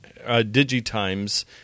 DigiTimes